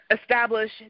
establish